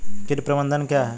कीट प्रबंधन क्या है?